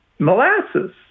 molasses